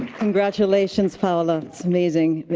congratulations, paola. it's amazing.